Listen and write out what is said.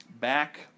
back